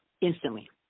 instantly